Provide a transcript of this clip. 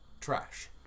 trash